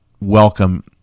welcome